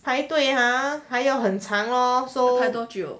排队 ah 还要很长 loh